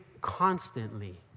constantly